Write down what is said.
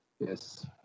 Yes